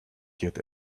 get